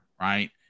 Right